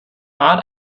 rat